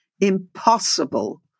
impossible